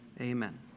amen